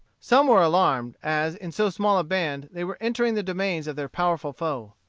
some were alarmed, as, in so small a band, they were entering the domains of their powerful foe.